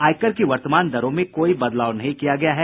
आयकर की वर्तमान दरों में कोई बदलाव नहीं किया गया है